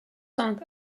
sunk